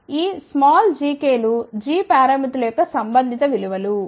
కాబట్టి ఈ స్మాల్ gkలు g పారామితుల యొక్క సంబంధిత విలువ లు